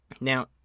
Now